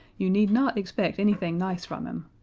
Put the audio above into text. you need not expect anything nice from him.